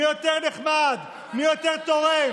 מי יותר נחמד, מי יותר תורם.